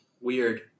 weird